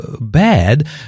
bad